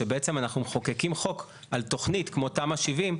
שבעצם אנחנו מחוקקים חוק על תוכנית כמו תמ"א 70,